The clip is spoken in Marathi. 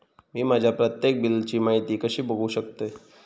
मी माझ्या प्रत्येक बिलची माहिती कशी बघू शकतय?